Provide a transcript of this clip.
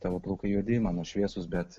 tavo plaukai juodi mano šviesūs bet